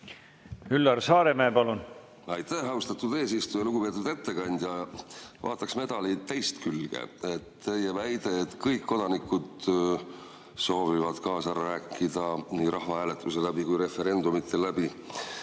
Üllar Saaremäe, palun! Aitäh, austatud eesistuja! Lugupeetud ettekandja! Vaataks medali teist külge. Teie väide on see, et kõik kodanikud soovivad kaasa rääkida nii rahvahääletustel kui ka referendumitel.